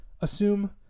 assume